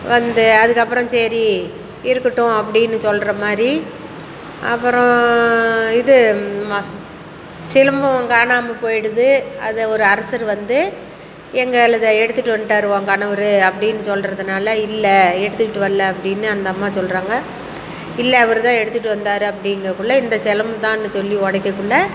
வந்து அதுக்கப்புறம் சரி இருக்கட்டும் அப்படின்னு சொல்கிற மாதிரி அப்பறம் இது சிலம்பம் காணாமல் போயிடுது அதை ஒரு அரசர் வந்து எங்களத எடுத்துட்டு வந்துட்டாரு உன் கணவர் அப்படின்னு சொல்றதுனால் இல்லை எடுத்துக்கிட்டு வரலை அப்பாடின்னு அந்த அம்மா சொல்கிறாங்க இல்லை அவர் தான் எடுத்துட்டு வந்தார் அப்படிங்கக்குள்ள இந்த சிலம்பம் தான் சொல்லி உடைக்குள்ள